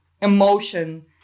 emotion